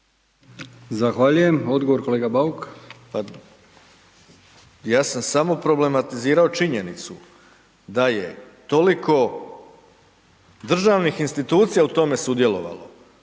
Zahvaljujem. Odgovor kolega Bauk. **Bauk, Arsen (SDP)** Ja sam samo problematizirao činjenicu da je toliko državnih institucija u tome sudjelovalo,